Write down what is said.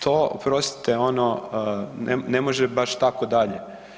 To oprostite ono ne može baš tako dalje.